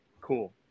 cool